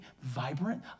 vibrant